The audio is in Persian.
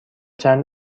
چند